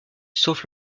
sauf